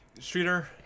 Streeter